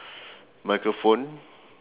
microphone